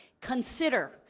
Consider